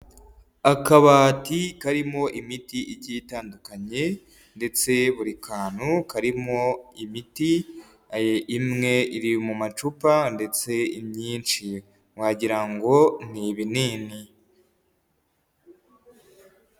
Akabati karimo imiti igiye itandukanye ndetse buri kantu karimo imiti, imwe iri mu macupa ndetse imyinshi wagira ngo ni ibinini.